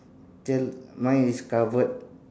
tail mine is covered